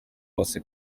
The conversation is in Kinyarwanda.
bose